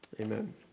Amen